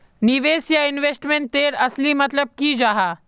निवेश या इन्वेस्टमेंट तेर असली मतलब की जाहा?